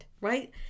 right